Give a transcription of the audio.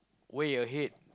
way ahead